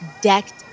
decked